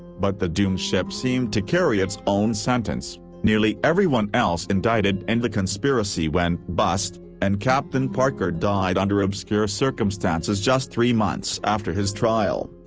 but the doomed ship seemed to carry its own sentence nearly everyone else indicted in and the conspiracy went bust, and capt. and parker died under obscure circumstances just three months after his trial.